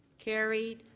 carried.